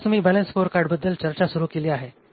तर आत्ताच मी बॅलन्सड स्कोअरकार्डबद्दल चर्चा सुरु केली आहे